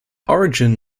origin